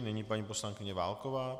Nyní paní poslankyně Válková.